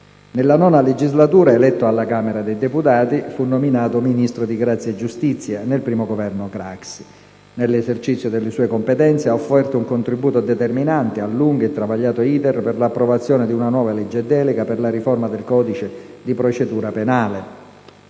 Nella IX legislatura, eletto alla Camera dei deputati, fu nominato Ministro di grazia e giustizia nel I Governo Craxi: nell'esercizio delle sue competenze ha offerto un contributo determinante al lungo e travagliato *iter* per l'approvazione di una nuova legge delega per la riforma del codice di procedura penale,